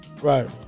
Right